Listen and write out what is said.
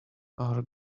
are